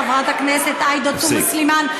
חברת הכנסת עאידה תומא סלימאן,